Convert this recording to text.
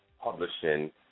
publishing